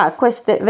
queste